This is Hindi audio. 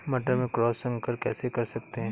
मटर में क्रॉस संकर कैसे कर सकते हैं?